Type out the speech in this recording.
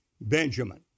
Benjamin